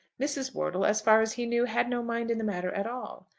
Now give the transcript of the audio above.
mrs. wortle, as far as he knew, had no mind in the matter at all.